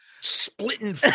splitting